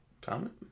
Comment